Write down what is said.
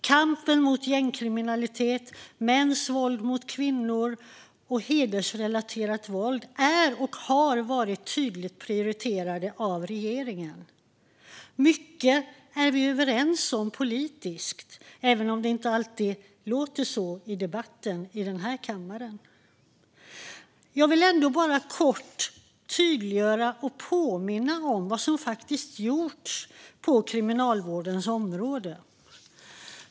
Kampen mot gängkriminalitet, mäns våld mot kvinnor och hedersrelaterat våld är och har varit tydligt prioriterade av regeringen. Mycket är vi överens om politiskt, även om det inte alltid låter så i debatten i den här kammaren. Jag vill ändå bara kort tydliggöra och påminna om vad som faktiskt har gjorts på kriminalvårdens område.